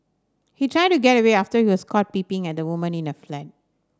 he tried to get away after he was caught peeping at a woman in her flat